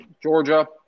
Georgia